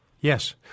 Yes